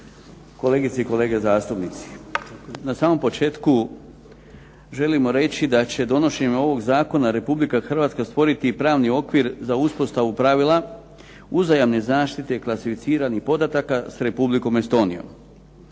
kolegice i kolege zastupnici. Na samom početku želimo reći da će donošenjem ovog zakona Republika Hrvatska stvoriti pravni okvir za uspostavu pravila uzajamne zaštite klasificiranih podataka s Republikom Estonijom.